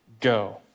go